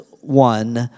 one